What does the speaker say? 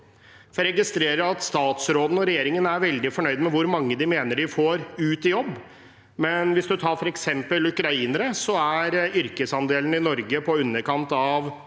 Jeg registrerer at statsråden og regjeringen er veldig fornøyd med hvor mange de mener de får ut i jobb, men hvis man ser på f.eks. ukrainere, er yrkesandelen i Norge på i underkant av